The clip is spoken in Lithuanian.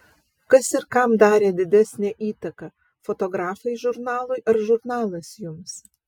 kas ir kam darė didesnę įtaką fotografai žurnalui ar žurnalas jums